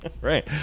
right